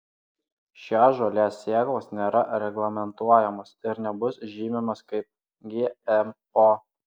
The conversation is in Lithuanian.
šios žolės sėklos nėra reglamentuojamos ir nebus žymimos kaip gmo